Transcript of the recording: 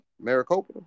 maricopa